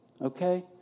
Okay